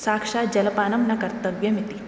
साक्षाज्जलपानं न कर्तव्यमिति